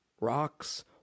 rocks